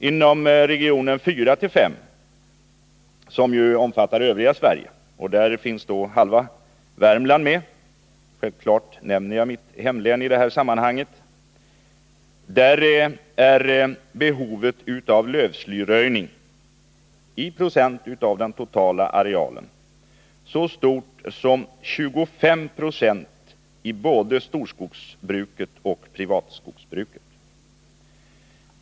Inom region 4—5 — som omfattar det övriga Sverige med bl.a. halva Värmland: självfallet nämner jag mitt hemlän i det här sammanhanget — är behovet av lövslyröjning i procent av den totala arealen så stort som 25 96 beträffande både storskogsbruket och privatskogsbruket.